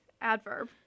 adverb